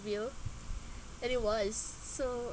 real and it was so